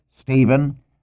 Stephen